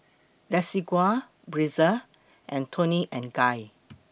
Desigual Breezer and Toni and Guy